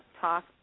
Talk